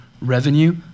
revenue